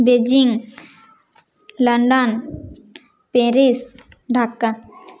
Beijing London Paris Dhaka